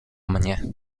mnie